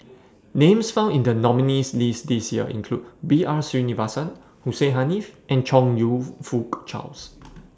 Names found in The nominees' list This Year include B R Sreenivasan Hussein Haniff and Chong YOU Fook Charles